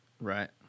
Right